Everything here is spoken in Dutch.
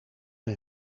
een